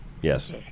Yes